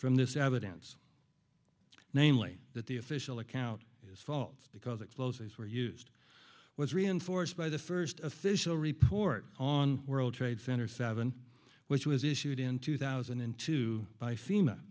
from this evidence namely that the official account is fault because explosives were used was reinforced by the first official report on world trade center seven which was issued in two thousand and two by fema